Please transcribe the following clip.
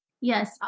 Yes